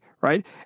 right